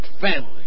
family